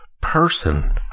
person